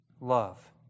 Love